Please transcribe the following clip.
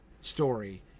story